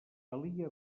calia